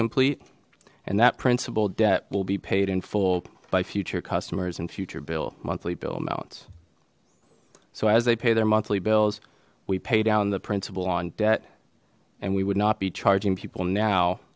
complete and that principal debt will be paid in full by future customers in future bill monthly bill amounts so as they pay their monthly bills we pay down the principal on debt and we would not be charging people now